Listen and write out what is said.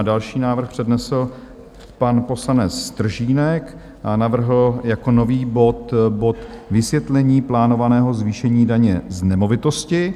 Další návrh přednesl pan poslanec Stržínek, navrhl jako nový bod Vysvětlení plánovaného zvýšení daně z nemovitosti.